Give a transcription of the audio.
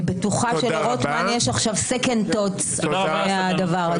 אני בטוחה שלרוטמן יש עכשיו second thoughts אחרי הדבר הזה.